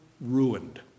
ruined